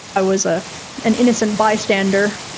i was ah an innocent bystander,